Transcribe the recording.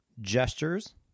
gestures